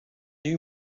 you